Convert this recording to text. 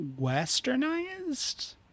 westernized